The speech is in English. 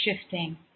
shifting